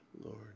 Lord